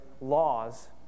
laws